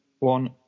One